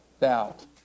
doubt